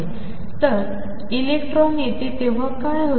तर इलेक्ट्रॉन येतो तेव्हा काय होते